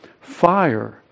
Fire